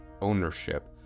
ownership